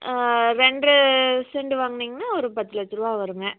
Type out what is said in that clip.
ரெண்டரை செண்டு வாங்குனிங்கன்னா ஒரு பத்து லட்ச ரூபா வருங்க